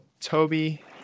Toby